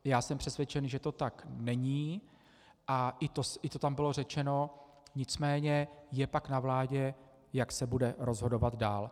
Já jsem přesvědčen, že to tak není, a i to tam bylo řečeno, nicméně je pak na vládě, jak se bude rozhodovat dál.